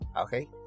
okay